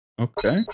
Okay